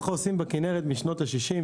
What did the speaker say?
ככה עושים בכנרת משנות ה-60,